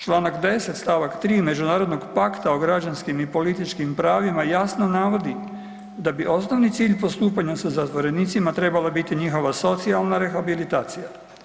Članak 10. stavak 3. Međunarodnog pakta o građanskim i političkim pravima jasno navodi da bi osnovni cilj postupanja sa zatvorenicima trebala biti njihova socijalna rehabilitacija.